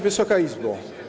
Wysoka Izbo!